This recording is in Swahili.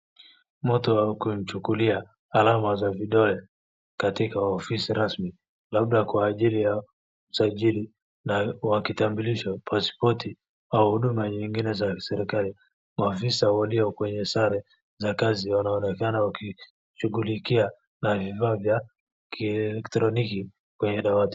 Mtu akiwa anachukuliwa alama za vidole katika ofisi rasmi labda kwa ajili ya usajili wa kitambulisho pasipoti au huduma nyingine za kiserikali. Maafisa walioko kwenye sare za kazi wanaonekana wakishughulikia na vifaa vya kielektroniki kwenye dawati.